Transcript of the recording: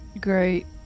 Great